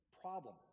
problem